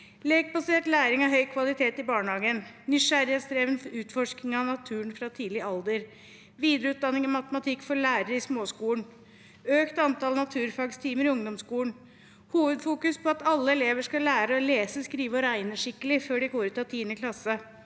lekbasert læring av høy kvalitet i barnehagen, nysgjerrighetsdreven utforsking av naturen fra tidlig alder, videreutdanning i matematikk for lærere i småskolen, økt antall naturfagstimer i ungdomsskolen, hovedfokus på at alle elever skal lære å lese, skrive og regne skikkelig før de går ut av 10. klasse,